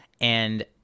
And-